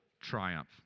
triumph